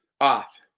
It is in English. off